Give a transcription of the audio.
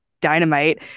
dynamite